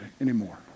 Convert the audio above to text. anymore